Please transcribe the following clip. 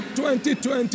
2020